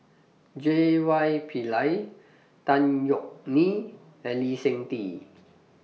J Y Pillay Tan Yeok Nee and Lee Seng Tee